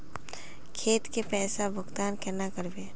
खेत के पैसा भुगतान केना करबे?